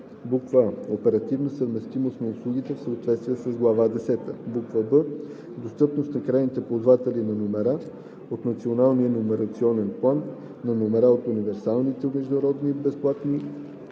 за: а) оперативна съвместимост на услугите в съответствие с глава десета; б) достъпност за крайни ползватели на номера от Националния номерационен план, на номера от универсалните международни безплатни